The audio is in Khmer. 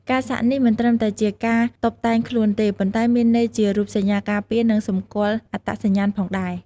ការសាក់នេះមិនត្រឹមតែជាការតុបតែងខ្លួនទេ ប៉ុន្តែមានន័យជារូបសញ្ញាការពារ និងសម្គាល់អត្តសញ្ញាណផងដែរ។